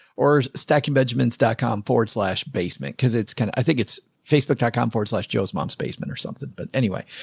or stacking benjamins dot com forward slash basement. cause it's kinda, i think it's facebook dot com forward slash joe's mom's basement or something. but anyway,